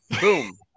Boom